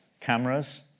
cameras